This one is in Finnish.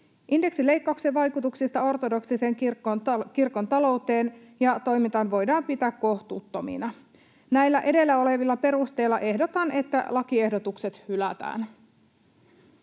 Indeksileikkauksen vaikutuksia ortodoksisen kirkon talouteen ja toimintaan voidaan pitää kohtuuttomina. Näillä edellä olevilla perusteilla ehdotan, että lakiehdotukset hylätään.